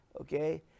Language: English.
okay